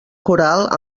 coral